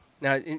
Now